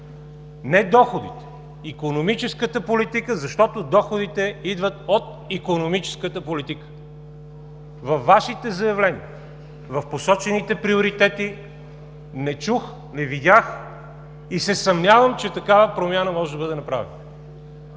не доходите, икономическата политика, защото доходите идват от икономическата политика. Във Вашите заявления в посочените приоритети не чух, не видях и се съмнявам, че такава промяна може да бъде направена.